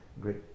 great